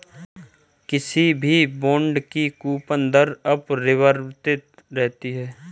किसी भी बॉन्ड की कूपन दर अपरिवर्तित रहती है